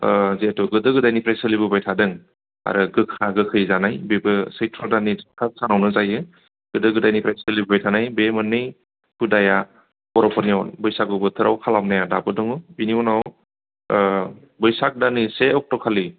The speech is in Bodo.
जिहेथु गोदो गोदायनिफ्राय सोलिबोबाय थादों आरो गोखा गोखै जानाय बेबो सैथ्र' दाननि थिगथाग सानावनो जायो गोदो गोदायनिफ्राय सोलिबोबाय थानाय बे मोननै हुदाया बर'फोरनियाव बैसागु बोथोराव खालामनाया दाबो दङ बेनि उनाव बैसाग दाननि से अक्ट' खालि